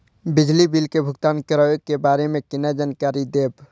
बिजली बिल के भुगतान करै के बारे में केना जानकारी देब?